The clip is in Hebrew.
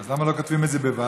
אז למה לא כותבים את זה בוי"ו?